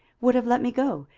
would have let me go,